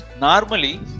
normally